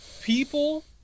people